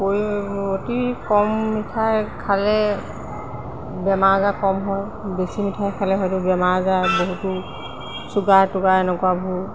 অতি কম মিঠাই খালে বেমাৰ আজাৰ কম হয় বেছি মিঠাই খালে হয়তো বেমাৰ আজাৰ বহুতো চুগাৰ টুগাৰ এনেকুৱাবোৰ